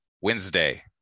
Wednesday